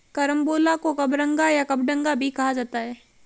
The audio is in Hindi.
करम्बोला को कबरंगा या कबडंगा भी कहा जाता है